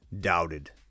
doubted